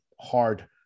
hard